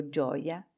gioia